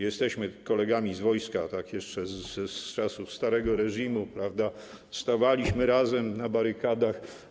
Jesteśmy kolegami z wojska, jeszcze z czasów starego reżimu, prawda, stawaliśmy razem na barykadach.